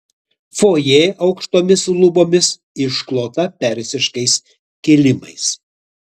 fojė aukštomis lubomis išklota persiškais kilimais